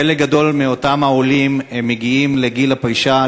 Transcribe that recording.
חלק גדול מאותם העולים מגיעים לגיל הפרישה,